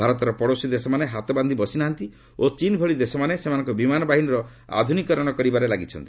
ଭାରତର ପଡ଼ୋଶୀ ଦେଶମାନେ ହାତବାନ୍ଧି ବସି ନାହାନ୍ତି ଓ ଚୀନ୍ ଭଳି ଦେଶମାନେ ସେମାନଙ୍କ ବିମାନ ବାହିନୀର ଆଧ୍ରନିକୀକରଣ କରିବାରେ ଲାଗିଛନ୍ତି